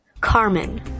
Carmen